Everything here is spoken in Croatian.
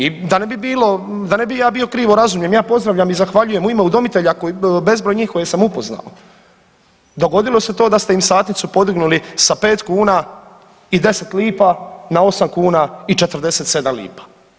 I da ne bi ja bio krivo razumijem, ja pozdravljam i zahvaljujem u ime udomitelja bezbroj njih koje sam upoznao, dogodilo se to da ste im satnicu podignuli sa pet kuna i 10 lipa na osam kuna i 47 lipa.